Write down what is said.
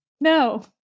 No